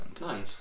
Nice